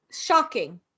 shocking